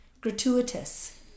gratuitous